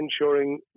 ensuring